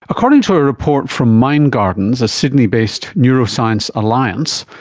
according to a report from mindgardens, a sydney-based neuroscience alliance,